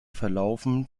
verlaufen